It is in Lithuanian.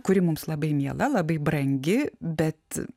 kuri mums labai miela labai brangi bet